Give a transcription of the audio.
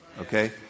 okay